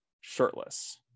shirtless